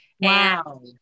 Wow